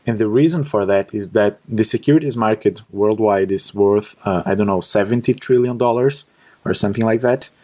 and the reason for that is that the securities market worldwide is worth, i don't know, seventy trillion dollars or something like that.